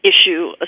issue